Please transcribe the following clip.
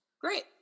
Great